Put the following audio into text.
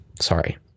Sorry